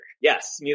Yes